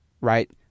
right